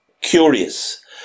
curious